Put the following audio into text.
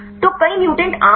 तो कई म्यूटेंट आम हैं